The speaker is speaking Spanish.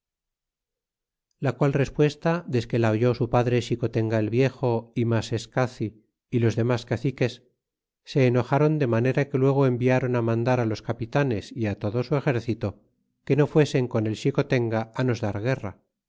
la qual respuesta desque la oyó su padre xicotenga el viejo y maseescaci y los demas caciques se enojron de manera que luego enviaron mandar los capitanes y todo su exercito que no fuesen con el xicotenga nos dar guerra